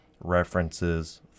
references